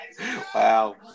Wow